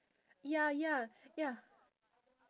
ya ya ya